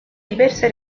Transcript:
diverse